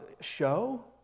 show